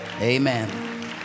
amen